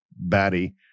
batty